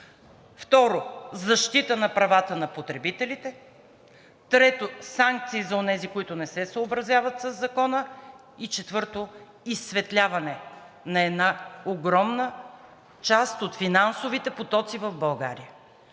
Второ, защита на правата на потребителите. Трето, санкции за онези, които не се съобразяват със Закона. И четвърто, изсветляване на една огромна част от финансовите потоци в България.